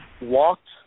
walked